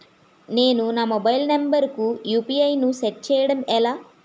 నేను నా mobile number కుయు.పి.ఐ ను సెట్ చేయడం ఎలా?